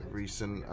recent